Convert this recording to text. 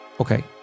Okay